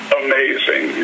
amazing